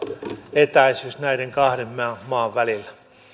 etäisyys näiden kahden maan välillä